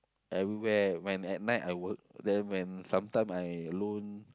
everywhere when at night I work then when sometime I alone